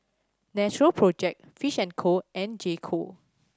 Natural Project Fish and Co and J Co